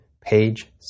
page